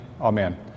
amen